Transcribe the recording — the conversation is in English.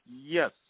yes